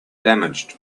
damaged